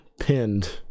pinned